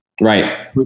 right